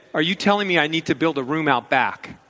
are you telling me i need to build a room out back?